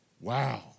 Wow